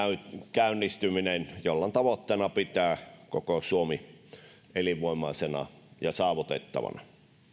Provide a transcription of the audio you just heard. käynnistyminen jolla on tavoitteena pitää koko suomi elinvoimaisena ja saavutettavana